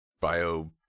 Bio